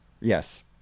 Yes